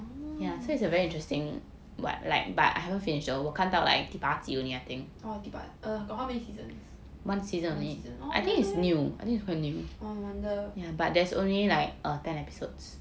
oh oh 第八集 err got how many seasons one season oh really meh oh no wonder